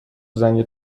زنگ